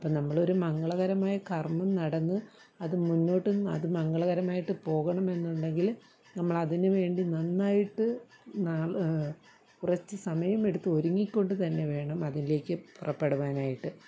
അപ്പം നമ്മളൊരു മംഗളകരമായ കർമ്മം നടന്ന് അതു മുന്നോട്ടു അത് മംഗളകരമായിട്ട് പോകണമെന്നുണ്ടെങ്കിൽ നമ്മളതിനു വേണ്ടി നന്നായിട്ട് നാൾ കുറച്ചു സമയമെടുത്ത് ഒരുങ്ങി കൊണ്ടു തന്നെ വേണം അതിലേക്കു പുറപ്പെടുവാനായിട്ട്